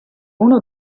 uno